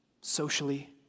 Socially